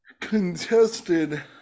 contested